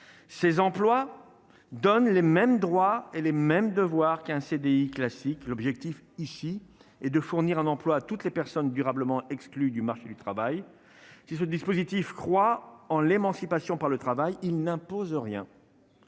ces employes donne les mêmes droits et les mêmes devoirs qu'un CDI classique l'objectif ici est de fournir un emploi toutes les personnes durablement exclus du marché du travail, si ce dispositif croit en l'émancipation par le travail il n'impose rien.